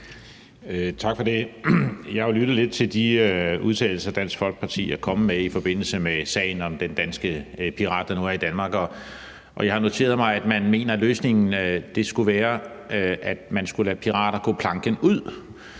Tak for det. Jeg har jo lyttet lidt til de udtalelser, Dansk Folkeparti er kommet med i forbindelse med sagen om den pirat, der nu er i Danmark, og jeg har noteret mig, at man mener, at løsningen skulle være at lade pirater gå planken ud.